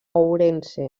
ourense